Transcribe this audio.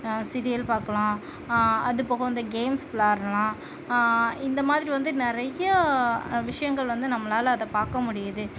serial பார்க்கலாம் அது போக வந்து கேம்ஸ் விளாடலாம் இந்த மாதிரி வந்து நிறையா விஷயங்கள் வந்து நம்மளால் அதை பார்க்க முடியுது